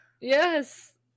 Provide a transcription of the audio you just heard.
Yes